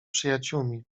przyjaciółmi